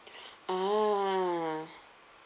ah